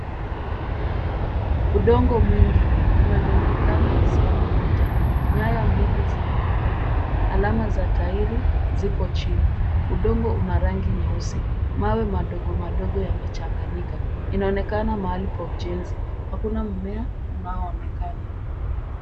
Udongo mwingi umerundikana sehemu moja. Nyaya mbili zinaonekana. Alama za tairi zipo chini. Udongo una rangi nyeusi. Mawe madogo madogo yamechanganyika. Inaonekana mahali pa ujenzi. Hakuna mmea unaoonekana.